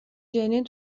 جنین